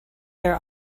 their